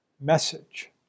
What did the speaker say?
message